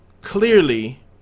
clearly